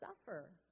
suffer